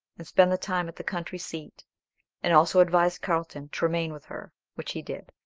and spend the time at the country seat and also advised carlton to remain with her, which he did.